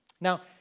Now